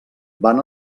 van